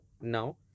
Now